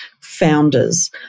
founders